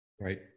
Right